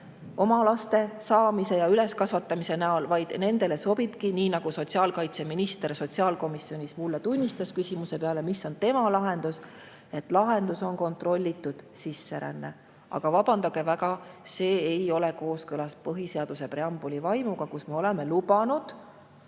oma laste saamise ja üleskasvatamise näol, vaid nendele sobibki – nii nagu sotsiaalkaitseminister mulle sotsiaalkomisjonis tunnistas küsimuse peale, mis on tema lahendus –, et lahendus on kontrollitud sisseränne. Aga vabandage väga, see ei ole kooskõlas põhiseaduse preambuli vaimuga, kus me oleme lubanud